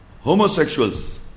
homosexuals